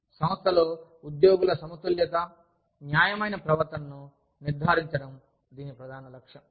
సంస్థలో ఉద్యోగుల సమతుల్యత న్యాయమైన ప్రవర్తనను నిర్ధారించడం దీని ప్రధాన లక్ష్యం